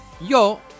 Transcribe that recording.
Yo